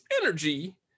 energy